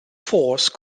force